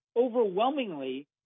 overwhelmingly